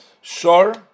Sure